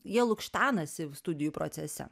jie lukštenasi studijų procese